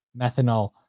methanol